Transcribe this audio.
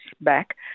back